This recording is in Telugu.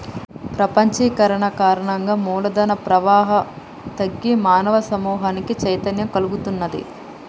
ప్రపంచీకరణ కారణంగా మూల ధన ప్రవాహం తగ్గి మానవ సమూహానికి చైతన్యం కల్గుతున్నాది